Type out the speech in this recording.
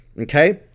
Okay